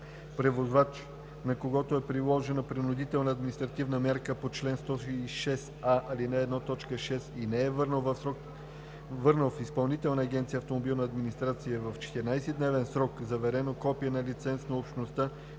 Превозвач, на когото е приложена принудителна административна мярка по чл. 106а, ал. 1, т. 6 и не е върнал в Изпълнителна агенция „Автомобилна администрация“ в 14-дневен срок заверено копие на лиценз на Общността